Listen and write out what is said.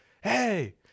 hey